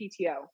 PTO